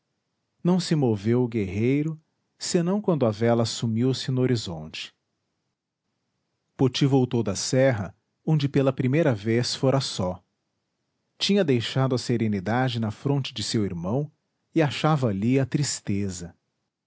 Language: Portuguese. não se moveu o guerreiro senão quando a vela sumiu-se no horizonte poti voltou da serra onde pela vez primeira fora só tinha deixado a serenidade na fronte de seu irmão e achava ali a tristeza